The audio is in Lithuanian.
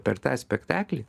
per tą spektaklį